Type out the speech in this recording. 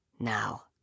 Now